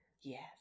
Yes